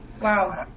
Wow